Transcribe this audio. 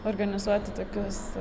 organizuoti tokius